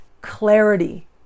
clarity